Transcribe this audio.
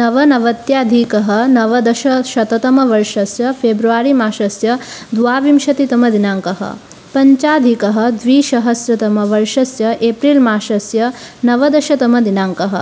नवनवत्यधिकनवदशशततमवर्षस्य फेब्रवरिमासस्य द्वाविंशतितमदिनाङ्कः पञ्चाधिकद्विसहस्रतमवर्षस्य एप्रिल्मासस्य नवदशतमदिनाङ्कः